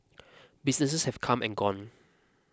businesses have come and gone